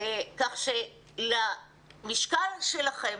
כך שלמשקל שלכם,